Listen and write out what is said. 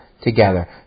together